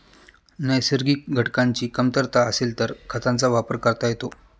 नैसर्गिक घटकांची कमतरता असेल तर खतांचा वापर करता येतो